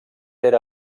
era